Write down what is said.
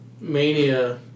mania